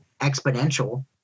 exponential